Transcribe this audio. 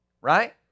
right